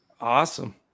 Awesome